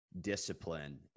discipline